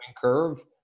curve